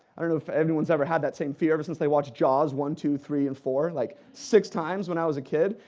i don't know if anyone's ever had that same fear ever since they watched jaws one, two, three and four like six times when i was a kid.